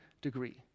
degree